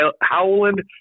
Howland